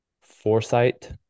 foresight